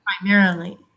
primarily